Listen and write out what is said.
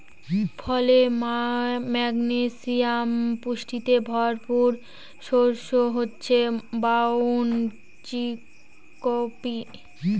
ফলে, ম্যাগনেসিয়াম পুষ্টিতে ভরপুর শস্য হচ্ছে ব্রাউন চিকপি